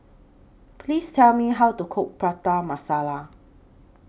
Please Tell Me How to Cook Prata Masala